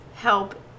help